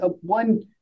one